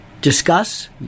discuss